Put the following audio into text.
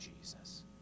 Jesus